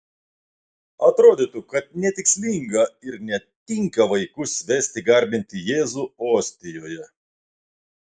atrodytų kad netikslinga ir netinka vaikus vesti garbinti jėzų ostijoje